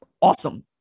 awesome